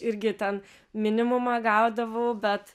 irgi ten minimumą gaudavau bet